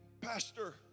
Pastor